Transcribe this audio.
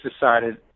decided